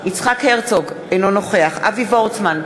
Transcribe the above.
יצחק הרצוג, אינו נוכח אבי וורצמן,